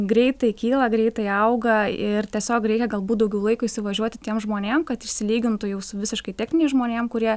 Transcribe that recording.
greitai kyla greitai auga ir tiesiog reikia galbūt daugiau laiko įsivažiuoti tiem žmonėm kad išsilygintų jau visiškai techninias žmonėm kurie